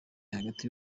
hagati